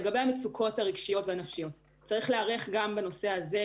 לגבי המצוקות הרגשיות והנפשיות צריך להיערך גם בנושא הזה,